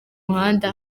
muhanda